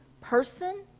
person